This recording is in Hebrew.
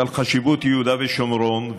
על חשיבות יהודה ושומרון,